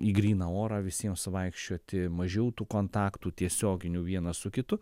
į gryną orą visiems vaikščioti mažiau tų kontaktų tiesioginių vienas su kitu